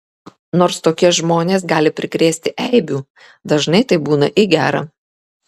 nors tokie žmonės gali prikrėsti eibių dažnai tai būna į gera